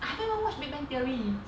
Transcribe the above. I haven't even watch big bang theory